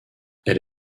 elle